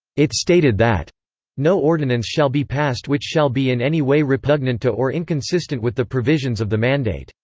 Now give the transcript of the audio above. it stated that no ordinance shall be passed which shall be in any way repugnant to or inconsistent with the provisions of the mandate.